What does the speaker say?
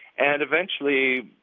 and eventually,